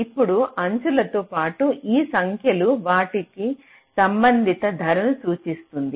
ఇప్పుడు అంచులతో పాటు ఈ సంఖ్యలు వాటి సంబంధిత ధరను సూచిస్తుంది